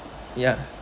ya